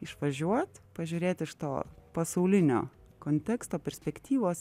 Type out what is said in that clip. išvažiuot pažiūrėt iš to pasaulinio konteksto perspektyvos